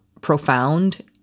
profound